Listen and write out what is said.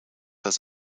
does